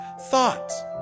thoughts